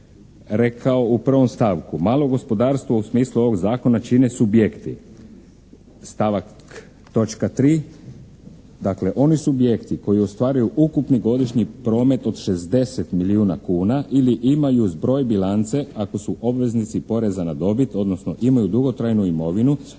rekao u prvom stavku, malo gospodarstvo u smislu ovog zakona čine subjekti, stavak, točka 3. Dakle oni subjekti koji ostvaruju ukupni godišnji promet od 60 milijuna kuna ili imaju zbroj bilance ako su obveznici poreza na dobit, odnosno imaju dugotrajnu imovinu